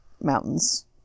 mountains